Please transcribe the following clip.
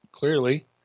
Clearly